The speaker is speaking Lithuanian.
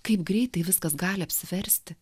kaip greitai viskas gali apsiversti